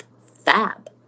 FAB